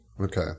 Okay